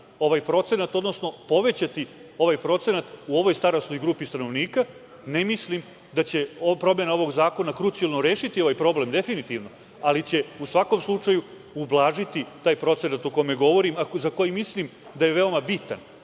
ovaj procenat, odnosno povećati ovaj procenat u ovoj starosnoj grupi stanovnika. Ne mislim da će promena ovog zakona krucijalno rešiti problem definitivno, ali će u svakom slučaju ublažiti taj procenat o kome govorim, a za koji mislim da je veoma bitan. Mislim